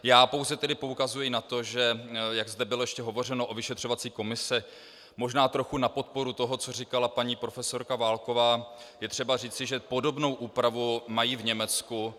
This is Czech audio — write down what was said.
Já pouze poukazuji na to, jak zde bylo hovořeno o vyšetřovací komisi, možná trochu na podporu toho, co říkala paní profesorka Válková, je třeba říci, že podobnou úpravu mají v Německu.